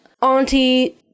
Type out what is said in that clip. Auntie